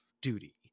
duty